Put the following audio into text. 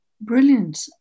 Brilliant